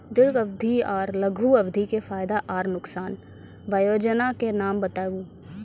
दीर्घ अवधि आर लघु अवधि के फायदा आर नुकसान? वयोजना के नाम बताऊ?